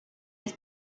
his